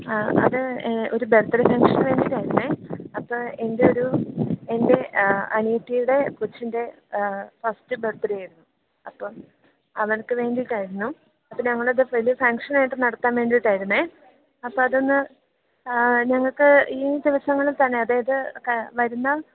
ആഹ് അത് ഒരു birthday function വേണ്ടിയിട്ടായിരുന്നേ അപ്പോൾ എന്റെ ഒരു എന്റെ അനിയത്തിയുടെ കൊച്ചിന്റെ ഫസ്റ്റ് ബര്ത്ത്ഡേ ആയിരുന്നു അപ്പം അവര്ക്ക് വേണ്ടിയിട്ടായിരുന്നു അപ്പം ഞങ്ങളത് വലിയ ഫംഗ്ഷനായിട്ട് നടത്താന് വേണ്ടിയിട്ടായിരുന്നെ അപ്പം അതൊന്ന് ഞങ്ങൾക്ക് ഈ ദിവസങ്ങളിൽത്തന്നെ അതായത് വരുന്ന